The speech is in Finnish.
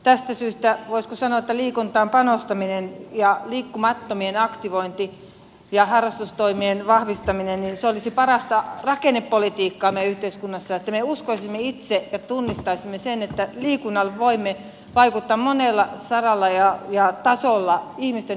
tästä syystä voisiko sanoa liikuntaan panostaminen ja liikkumattomien aktivointi ja harrastustoimien vahvistaminen olisi parasta rakennepolitiikkaa meidän yhteiskunnassamme niin että me uskoisimme itse ja tunnistaisimme sen että liikunnalla voimme vaikuttaa monella saralla ja tasolla ihmisten hyvinvointiin ja kansantalouteemme